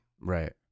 right